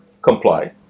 comply